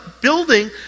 building